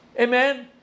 amen